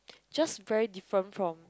just very different from